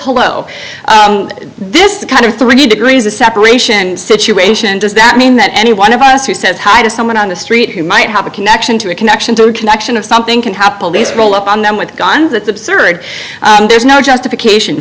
hello this is kind of three degrees of separation situation does that mean that any one of us who says hi to someone on the street who might have a connection to a connection to a connection of something can happen roll up on them with a gun that's absurd there's no justification